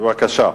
החינוך,